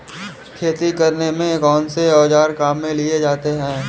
खेती करने में कौनसे औज़ार काम में लिए जाते हैं?